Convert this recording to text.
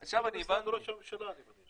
זה במשרד ראש הממשלה, אני חושב.